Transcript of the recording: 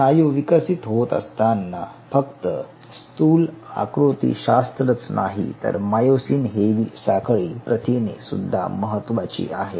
स्नायू विकसित होत असताना फक्त स्थूल आकृतिशास्त्र च नाही तर मायोसिन हेवी साखळी प्रथिने सुद्धा महत्वाची आहे